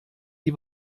die